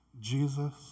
Jesus